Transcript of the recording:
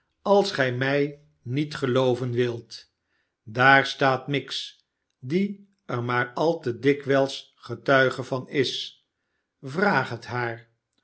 als gij mij niet gelooven wilt daar staat miggs die er maar al te dikwijls getuige van is vraag het haar